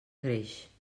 greix